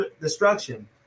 destruction